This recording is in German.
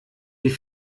die